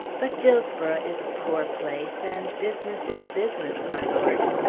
but dillsborough is a poor place, and business is business, my lord.